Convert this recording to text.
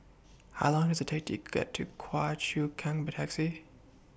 How Long Does IT Take to get to Choa Chu Kang By Taxi